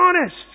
honest